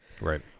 Right